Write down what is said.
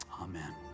Amen